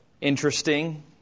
interesting